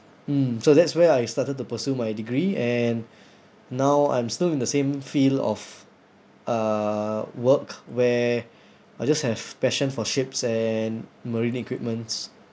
mm so that's where I started to pursue my degree and now I'm still in the same field of uh work where I just have passion for ships and marine equipments